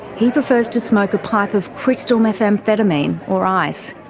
he prefers to smoke a pipe of crystal methamphetamine or ice.